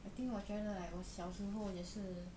I think 我觉得 like 我小时候也是